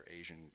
Asian